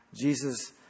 Jesus